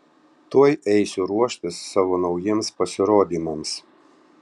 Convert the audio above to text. tuoj eisiu ruoštis savo naujiems pasirodymams